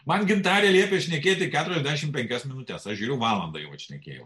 man gintarė liepė šnekėti keturiasdešimt penkias minutes aš žiūriu valandą jau šnekėjau